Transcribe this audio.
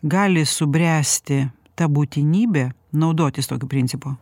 gali subręsti ta būtinybė naudotis tokiu principu